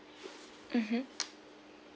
mmhmm